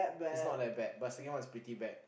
it's not that bad but second one was pretty bad